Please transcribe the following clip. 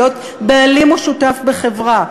להיות בעלים או שותף בחברה,